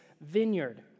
vineyard